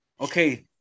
Okay